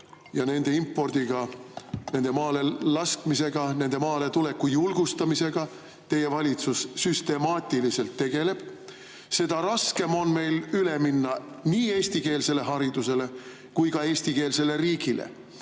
ja nende impordiga, nende maale laskmisega, nende siia tuleku julgustamisega teie valitsus süstemaatiliselt tegeleb –, seda raskem on meil üle minna nii eestikeelsele haridusele kui ka eestikeelsele riigile.